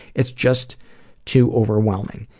it's just too overwhelming.